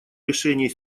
решений